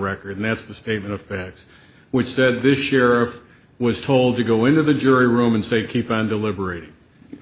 record and that's the statement of facts which said this sheriff was told to go into the jury room and say keep on deliberating